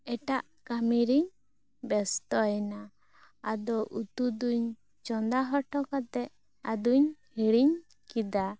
ᱟᱫᱚ ᱮᱴᱟᱜ ᱠᱟᱹᱢᱤ ᱨᱤᱧ ᱵᱮᱥᱛᱚᱭᱮᱱᱟ ᱟᱫᱚ ᱩᱛᱩ ᱫᱩᱧ ᱪᱚᱸᱫᱟ ᱦᱚᱴᱚ ᱠᱟᱛᱮᱫ ᱟᱫᱚ ᱦᱤᱲᱤᱧ ᱠᱮᱫᱟ